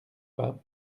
pas